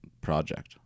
project